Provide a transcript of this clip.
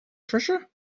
treasure